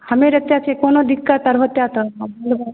हमे आर एतै छियै कोनो दिक्कत आर होएतै तऽ बतेबै